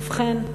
ובכן,